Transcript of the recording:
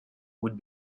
would